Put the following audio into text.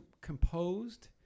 composed